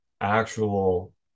actual